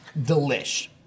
delish